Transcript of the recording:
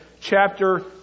chapter